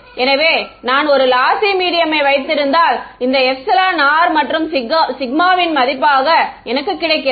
எனவே நான் ஒரு லாசி மீடியம்மை வைத்திருந்தால் இந்த எப்சிலன் ஆர் மற்றும் சிக்மா வின் மதிப்பு ஆக எனக்கு கிடைக்கிறது